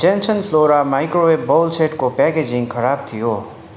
Jansen Flora microwave bowl सेटको packaging खराब थियो